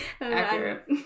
Accurate